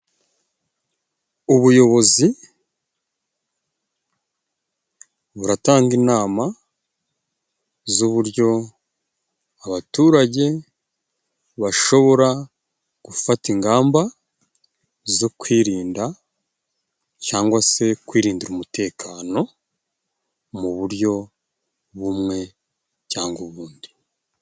Ubuyobozi buratanga inama z'uburyo abaturage bashobora gufata ingamba zo kwirinda cyangwa se kwirindira umutekano, mu buryo bumwe cyangwa ubundi.